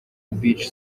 beach